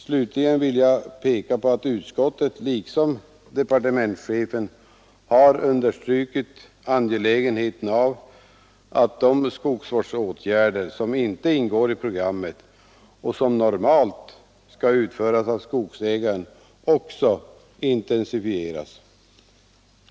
Slutligen vill jag peka på att utskottet liksom departementschefen har understrukit angelägenheten av att de skogsvårdsåtgärder som inte ingår i programmet och som normalt skall utföras av skogsägaren också intensifieras.